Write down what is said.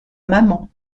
maman